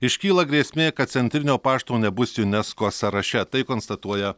iškyla grėsmė kad centrinio pašto nebus unesco sąraše tai konstatuoja